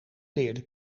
leerden